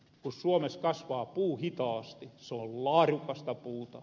ku suomes kasvaa puu hitaasti se on laarukasta puuta